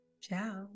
Ciao